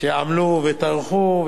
שעמלו וטרחו,